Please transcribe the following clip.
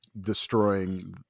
destroying